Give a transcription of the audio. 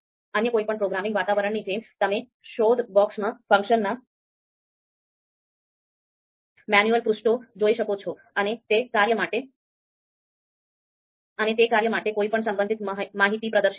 અન્ય કોઈપણ પ્રોગ્રામિંગ વાતાવરણની જેમ તમે શોધ બોક્સમાં ફંક્શનના મેન્યુઅલ પૃષ્ઠો જોઈ શકો છો અને તે કાર્ય માટે કોઈપણ સંબંધિત માહિતી પ્રદર્શિત થશે